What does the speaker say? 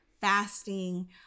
fasting